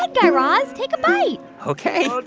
but guy raz. take a bite ok.